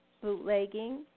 bootlegging